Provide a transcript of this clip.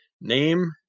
Name